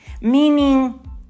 Meaning